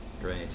Great